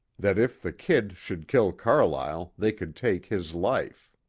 that if the kid should kill carlyle, they could take his life.